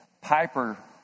Piper